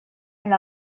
elle